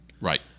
Right